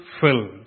filled